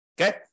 Okay